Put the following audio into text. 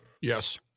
Yes